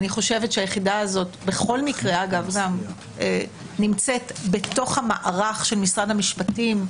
היחידה הזאת בכל מקרה נמצאת במערך של משרד המשפטים,